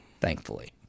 Thankfully